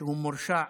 שמורשע